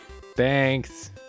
Thanks